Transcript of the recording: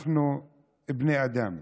אנחנו בני אדם.